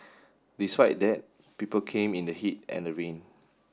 despite that people came in the heat and the rain